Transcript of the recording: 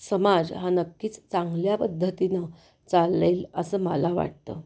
समाज हा नक्कीच चांगल्या पद्धतीनं चालेल असं मला वाटतं